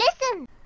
listen